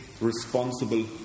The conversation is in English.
responsible